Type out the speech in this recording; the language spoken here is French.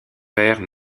père